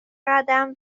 قدم